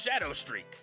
Shadowstreak